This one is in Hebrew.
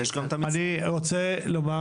אני רוצה לומר